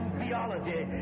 theology